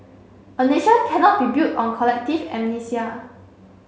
a nation cannot be built on collective amnesia